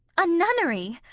a nunnery!